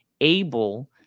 Able